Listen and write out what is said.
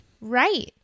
Right